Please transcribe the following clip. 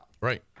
Right